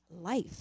life